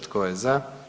Tko je za?